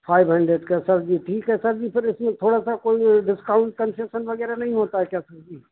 five hundred का sir ji ठीक है सर जी फिर इसमें थोड़ा सा कोई डिस्काउंट कन्सेसन वगैरह नहीं होता है क्या सर जी